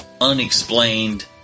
unexplained